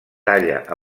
talla